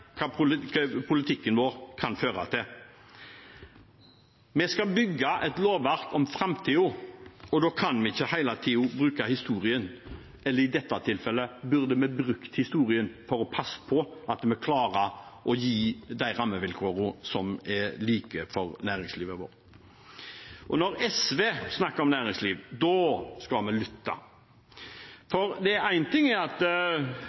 hva politikken vår kan føre til. Vi skal bygge et lovverk for framtiden, og da kan vi ikke hele tiden bruke historien – men i dette tilfellet burde vi brukt historien for å passe på at vi klarer å gi like rammevilkår for næringslivet vårt. Når SV snakker om næringslivet, da skal vi lytte. Én ting er at